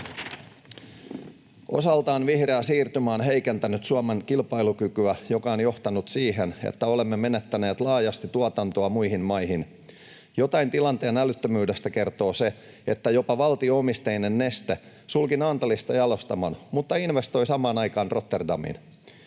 Osaltaan vihreä siirtymä on heikentänyt Suomen kilpailukykyä, mikä on johtanut siihen, että olemme menettäneet laajasti tuotantoa muihin maihin. Jotain tilanteen älyttömyydestä kertoo se, että jopa valtio-omisteinen Neste sulki Naantalista jalostamon mutta investoi samaan aikaan Rotterdamiin.